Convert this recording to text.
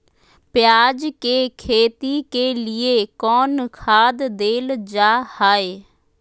प्याज के खेती के लिए कौन खाद देल जा हाय?